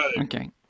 okay